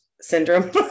syndrome